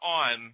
on